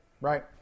right